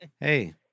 Hey